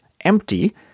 empty